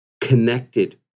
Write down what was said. connected